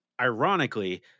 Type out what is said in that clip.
ironically